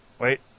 wait